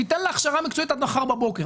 תן לה הכשרה מקצועית עד מחר בבוקר,